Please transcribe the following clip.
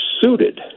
suited